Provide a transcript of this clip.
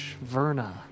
Verna